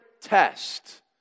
test